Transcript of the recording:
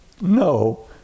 no